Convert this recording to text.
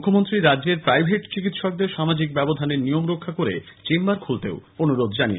মুখ্যমন্ত্রী রাজ্যের প্রাইভেট চিকিৎসকদের সামাজিক ব্যবধানের নিয়ম রক্ষা করে চেম্বার খুলতে অনুরোধ জানিয়েছেন